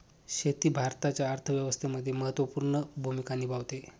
शेती भारताच्या अर्थव्यवस्थेमध्ये महत्त्वपूर्ण भूमिका निभावते